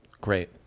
Great